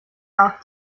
auch